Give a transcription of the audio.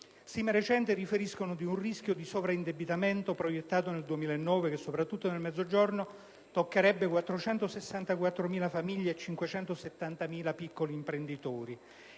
Stime recenti riferiscono di un rischio di sovraindebitamento proiettato nel 2009 che, soprattutto nel Mezzogiorno, toccherebbe 464.000 famiglie e 570.000 piccoli imprenditori.